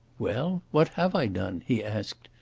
well, what have i done? he asked.